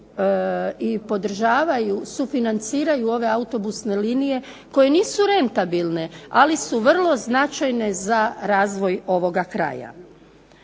sufinanciraju ove autobusne linije koje nisu rentabilne ali su vrlo značajne za razvoj ovoga kraja.